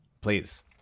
please